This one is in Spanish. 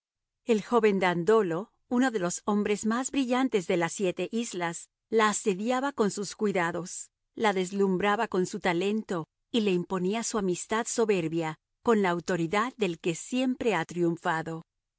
el joven dandolo uno de los hombres más brillantes de las siete islas la asediaba con sus cuidados la deslumbraba con su talento y le imponía su amistad soberbia con la autoridad del que siempre ha triunfado